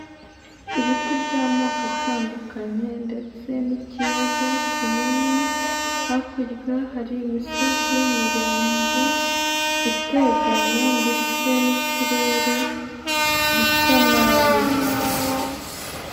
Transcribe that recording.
Ibiti by'amoko atandukanye ndetse n'ikiyaga kinini, hakurya hari imisozi miremire iteganye ndetse n'ikirere gisa nabi.